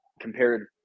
compared